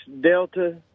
Delta